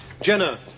Jenna